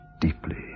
Deeply